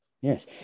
Yes